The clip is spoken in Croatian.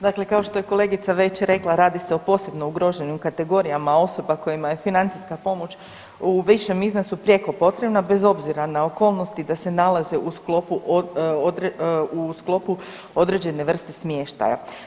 Dakle, kao što je kolegica već rekla radi se o posebno ugroženim kategorijama osoba kojima je financijska pomoć u višem iznosu prijeko potrebna bez obzira na okolnosti da se nalaze u sklopu određene vrste smještaja.